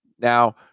now